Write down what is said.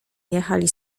jechali